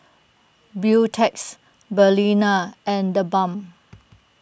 Beautex Balina and theBalm